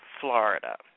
Florida